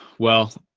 well,